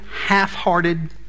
half-hearted